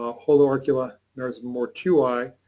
um haloarcula marismortui,